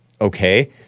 okay